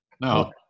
No